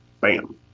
bam